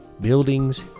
buildings